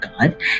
God